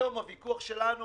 בהשוואה לעולם,